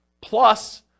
plus